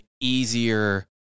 easier